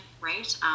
right